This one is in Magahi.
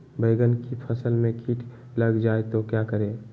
बैंगन की फसल में कीट लग जाए तो क्या करें?